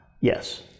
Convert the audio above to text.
Yes